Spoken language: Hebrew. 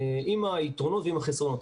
עם היתרונות ועם החסרונות.